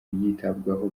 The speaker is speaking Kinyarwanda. yitabwaho